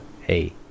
hey